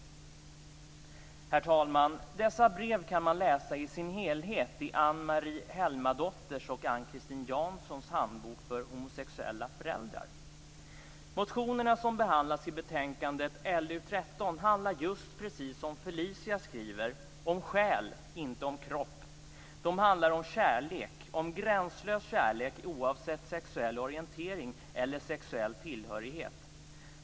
Herr talman! Dessa brev kan man läsa i dess helhet i Ann-Marie Helmadotters och Ann-Christine handlar just precis, som Felicia skriver, om själ, inte om kropp. De handlar om kärlek, om gränslös kärlek oavsett sexuell orientering eller sexuell tillhörighet.